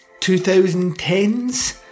2010s